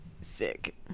Sick